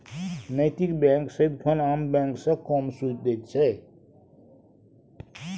नैतिक बैंक सदिखन आम बैंक सँ कम सुदि दैत छै